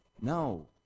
No